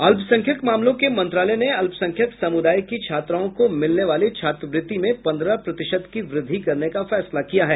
अल्पसंख्यक मामलों के मंत्रालय ने अल्पसंख्यक समुदाय की छात्राओं को मिलने वाली छात्रवृत्ति में पंद्रह प्रतिशत की वृद्धि करने का फैसला किया है